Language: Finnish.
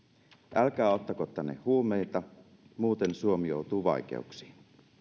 älkää ottako tänne huumeita muuten suomi joutuu vaikeuksiin